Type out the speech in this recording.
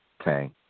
Okay